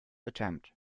attempt